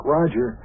Roger